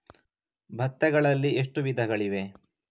ಭತ್ತಗಳಲ್ಲಿ ಎಷ್ಟು ವಿಧಗಳಿವೆ?